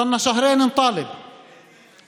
זה חודשיים אנו דורשים מהמשרדים,